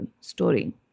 story